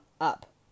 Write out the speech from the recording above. up